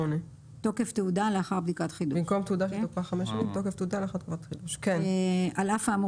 108.תוקף תעודה לאחר בדיקת חידוש על אף האמור